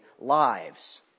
lives